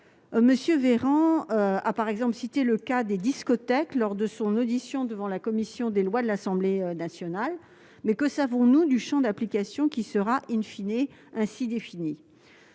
M. Véran a cité le cas des discothèques lors de son audition devant la commission des lois de l'Assemblée nationale, mais que savons-nous du champ d'application qui sera,, ainsi défini ?